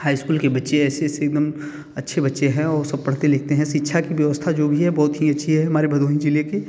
high school के बच्चे ऐसे ऐसे एक दम अच्छे बच्चे है और सब पढ़ते लिखते हैं शिक्षा की व्यवस्था जो भी है बहुत ही अच्छी है हमारे भदोही ज़िले के